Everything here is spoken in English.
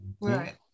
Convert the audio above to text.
right